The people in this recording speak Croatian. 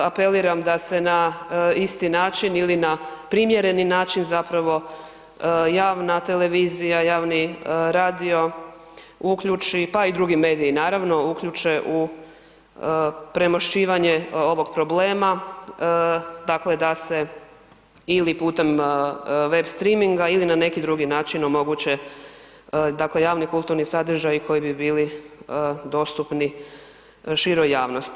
Apeliram da se na isti način ili na primjereni način zapravo javna televizija, javni radio uključi pa i drugi mediji naravno, uključe u premošćivanje ovog problema, dakle da se ili putem web streaminga ili na neki drugi način omoguće dakle javni kulturni sadržaji koji bi bili dostupni široj javnosti.